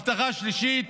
הבטחה שלישית: